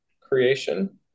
creation